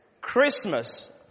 Christmas